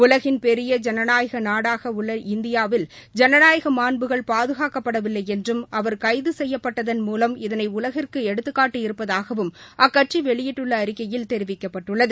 உலகின் பெரிய ஜனநாயக நாடாக உள்ள இந்தியாவில் ஜனநாயக மாண்புகள் பாதுகாக்கப்படவில்லை என்றும் அவர் கைது செய்யப்பட்டதன் மூலம் இதனை உலகிற்கு எடுத்துக்காட்டி இருப்பதாகவும் அக்கட்சி வெளியிட்டுள்ள அறிக்கையில் தெரிவிக்கப்பட்டுள்ளது